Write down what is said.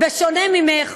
בשונה ממך,